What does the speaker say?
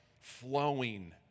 flowing